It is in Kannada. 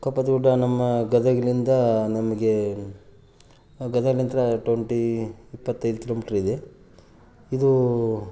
ಕಪ್ಪತ್ತ ಗುಡ್ಡ ನಮ್ಮ ಗದಗಿನಿಂದ ನಮಗೆ ಗದಗ ನಂತರ ಟ್ವೆಂಟಿ ಇಪ್ಪತ್ತೈದು ಕಿಲೋಮೀಟರ್ ಇದೆ ಇದು